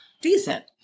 Decent